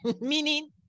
meaning